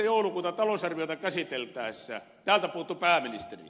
joulukuuta talousarviota käsiteltäessä täältä puuttui pääministeri